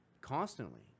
constantly